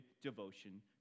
devotion